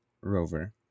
rover